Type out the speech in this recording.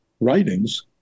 writings